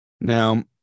Now